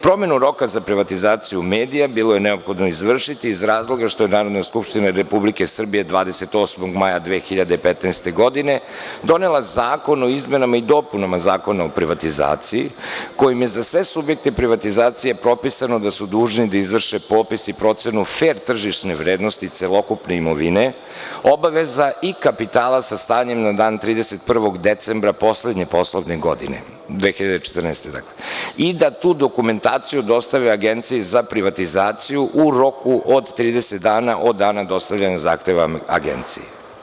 Promenu roka za privatizaciju medija bilo je neophodno izvršiti iz razloga što je Narodna skupština Republike Srbije 28. maja 2015. godine donela Zakon o izmenama i dopunama Zakona o privatizaciji, kojim je za sve subjekte privatizacije propisano da su dužni da izvrše popis i procenu fer tržišne vrednosti celokupne imovine, obaveza i kapitala sa stanjem na dan 31. decembra poslednje poslovne godine, 2014. godine dakle, i da tu dokumentaciju dostave Agenciji za privatizaciju u roku od 30 dana od dana dostavljanja zahteva Agenciji.